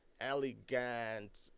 elegant